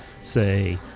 say